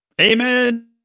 Amen